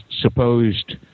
supposed